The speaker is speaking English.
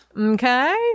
Okay